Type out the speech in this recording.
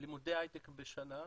לימודי הייטק בשנה,